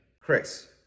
Chris